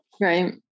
Right